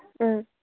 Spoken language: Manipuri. ꯑ